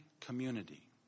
community